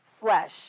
flesh